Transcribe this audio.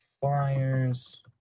Flyers